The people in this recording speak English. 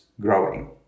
growing